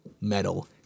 metal